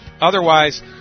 Otherwise